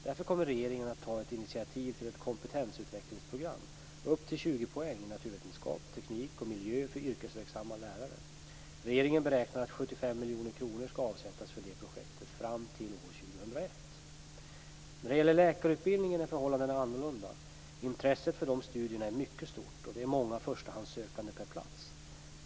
Därför kommer regeringen att ta ett initiativ till ett kompetensutvecklingsprogram upp till 20 poäng i naturvetenskap, teknik och miljö för yrkesverksamma lärare. Regeringen beräknar att 75 miljoner kronor skall avsättas för det projektet fram till år 2001. När det gäller läkarutbildningen är förhållandet annorlunda. Intresset för de studierna är mycket stort och det är många förstahandssökande per plats.